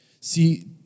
See